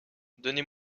donnez